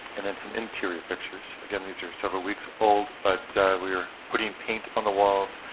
and then some interior fixtures. again, these are several weeks old, but we are putting paint on the walls,